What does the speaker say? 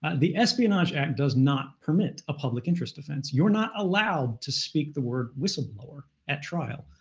and the espionage act does not permit a public interest defense. you're not allowed to speak the word whistleblower at trial.